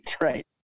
right